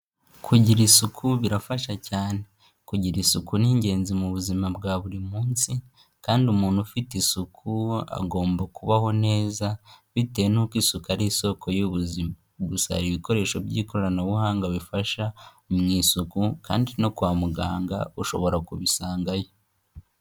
Kugira isuku birafasha cyane, kugira isuku ni ingenzi mu buzima bwa buri munsi kandi umuntu ufite isuku agomba kubaho neza bitewe n'uko isuku ari isoko y'ubuzima, gusa hari ibikoresho by'ikoranabuhanga bifasha mu isuku kandi no kwa muganga ushobora kubisangayo.